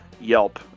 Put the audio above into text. Yelp